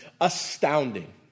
astounding